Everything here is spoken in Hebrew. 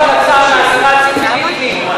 אדוני היושב-ראש,